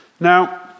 Now